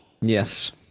Yes